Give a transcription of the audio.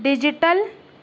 digital